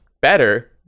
better